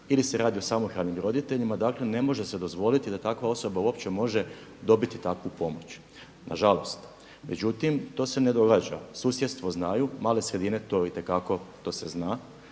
ili se radi o samohranim roditeljima. Dakle, ne može se dozvoliti da takva osoba uopće može dobiti takvu pomoć, na žalost. Međutim, to se ne događa. Susjedstvo znaju, male sredine to itekako to se zna,